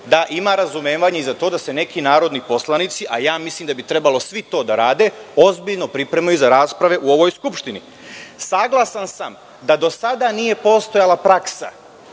da ima razumevanja i za to da se neki narodni poslanici, a mislim da treba svi to da rade, ozbiljno pripremaju za rasprave u ovoj Skupštini. Saglasan sam da dosada nije postojala praksa